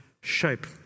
shape